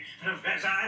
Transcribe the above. Professor